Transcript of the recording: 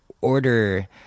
order